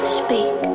speak